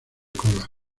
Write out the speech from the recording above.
cola